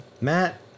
Matt